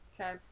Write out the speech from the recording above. Okay